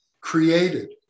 created